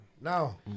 Now